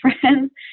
friends